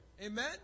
Amen